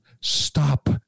stop